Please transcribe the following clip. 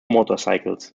motorcycles